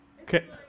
Okay